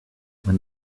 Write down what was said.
when